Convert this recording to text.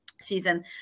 season